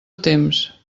temps